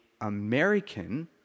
American